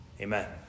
Amen